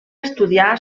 estudiar